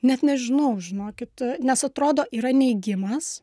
net nežinau žinokit nes atrodo yra neigimas